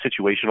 situational